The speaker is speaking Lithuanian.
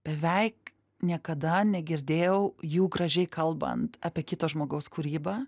beveik niekada negirdėjau jų gražiai kalbant apie kito žmogaus kūrybą